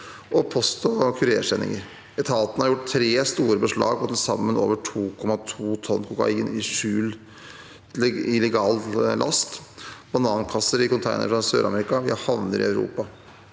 og i post- og kurersendinger. Etaten har gjort tre store beslag på til sammen over 2,2 tonn kokain skjult i legal last – banankasser i containere fra SørAmerika via havner i Europa.